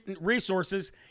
resources